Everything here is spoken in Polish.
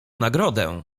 nagrodę